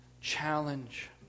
Challenge